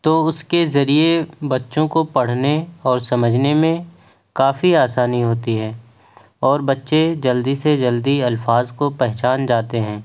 تو اس کے ذریعے بچوں کو پڑھنے اور سمجھنے میں کافی آسانی ہوتی ہے اور بچے جلدی سے جلدی الفاظ کو پہچان جاتے ہیں